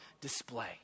display